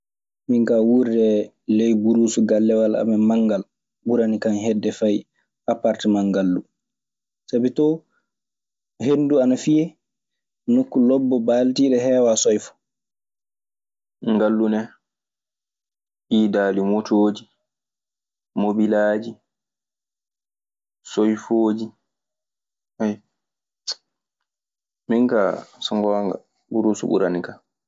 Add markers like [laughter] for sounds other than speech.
Min kaa wuurde, ley buruus gallewal amen manngal ɓuranikan heɓde fay appartmant ngallu. Sabi too henndu ana fiye, nokku lobbo baaltiiɗo, heewaa soyfa. Ngallu ne, iidaali motooji, mobelaaji, soyfooji. [noise] Min kaa so ngoonga Burus ɓuranikan.